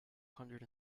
hundred